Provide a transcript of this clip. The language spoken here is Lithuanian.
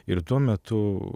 ir tuo metu